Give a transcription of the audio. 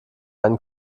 einen